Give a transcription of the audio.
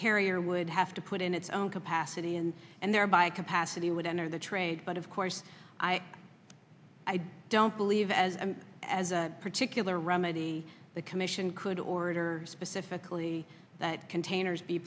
carrier would have to put in its own capacity and and thereby capacity would enter the trade but of course i don't believe as and as a particular remedy the commission could order specifically that containers be